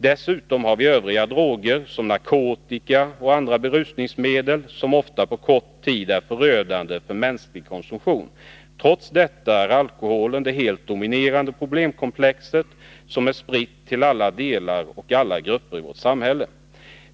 Dessutom har vi övriga droger, såsom narkotika och andra berusningsmedel, som ofta på kort tid får förödande verkningar för de människor som konsumerar dessa droger. Trots detta är alkoholen det helt dominerande problemkomplexet, spritt till alla delar av vårt samhälle och alla grupper av människor.